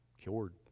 cured